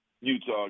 Utah